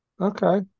Okay